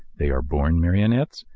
they are born marionettes,